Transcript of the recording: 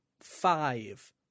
five